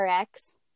Rx